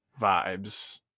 vibes